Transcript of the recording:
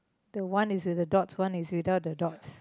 the one is with the dots one is without the dots